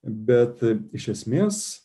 bet iš esmės